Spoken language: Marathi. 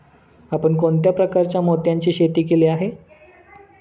आपण कोणत्या प्रकारच्या मोत्यांची शेती केली आहे?